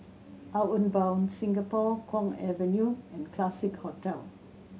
Outward Bound Singapore Kwong Avenue and Classique Hotel